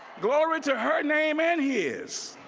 glory to her name and his.